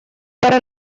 para